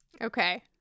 Okay